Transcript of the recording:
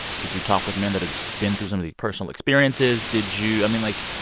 did you talk with men that have been through some of these personal experiences? did you i mean, like,